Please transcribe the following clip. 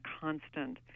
constant